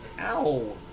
Ow